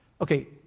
okay